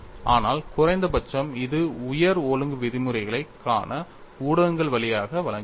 ஆனால் குறைந்த பட்சம் இது உயர் ஒழுங்கு விதிமுறைகளைக் காண ஊடகங்கள் வழியாக வழங்குகிறது